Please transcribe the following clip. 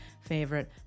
favorite